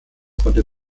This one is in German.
konnte